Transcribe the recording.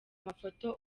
amafoto